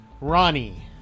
Ronnie